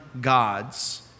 gods